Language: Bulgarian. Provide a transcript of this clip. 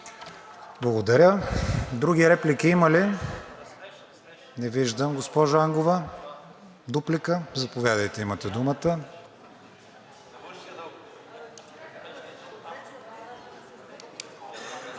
Благодаря. Други реплики има ли? Не виждам. Госпожо Ангова, дуплика? Заповядайте, имате думата.